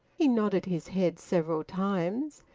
he nodded his head several times,